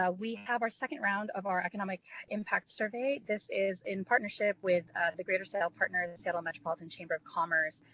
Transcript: we have our second round of our economic impact survey. this is in partnership with the greater seattle partners and seattle metropolitan chamber of commerce.